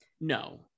No